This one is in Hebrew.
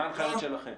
מה ההנחיות שלכם?